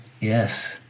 Yes